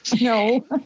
No